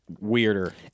weirder